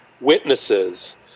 witnesses